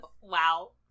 Wow